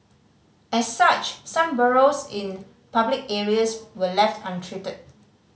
as such some burrows in public areas were left untreated